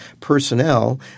personnel